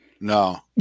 No